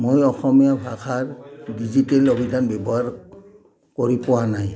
মই অসমীয়া ভাষাৰ ডিজিটেল অভিধান ব্যৱহাৰ কৰি পোৱা নাই